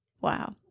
Wow